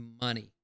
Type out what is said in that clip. money